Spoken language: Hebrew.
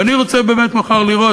ואני רוצה באמת מחר לראות,